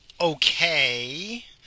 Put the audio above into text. okay